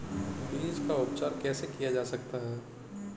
बीज का उपचार कैसे किया जा सकता है?